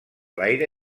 l’aire